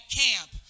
camp